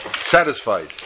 satisfied